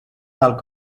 dalt